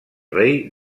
rei